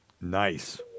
Nice